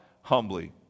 Humbly